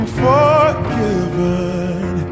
forgiven